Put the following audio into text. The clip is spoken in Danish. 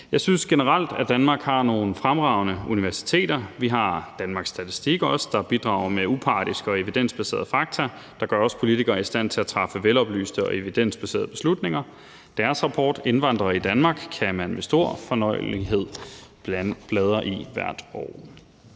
Jeg synes generelt, at Danmark har nogle fremragende universiteter; vi har også Danmarks Statistik, der bidrager med upartiske og evidensbaserede fakta, der gør os politikere i stand til at træffe veloplyste og evidensbaserede beslutninger. Deres rapport »Indvandrere i Danmark« kan man med stor fornøjelse bladre i hvert år.